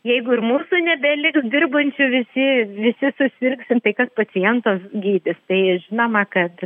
jeigu ir mūsų nebeliks dirbančių visi visi susirgsim tai kas pacientą gydys tai žinoma kad